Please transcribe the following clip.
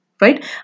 right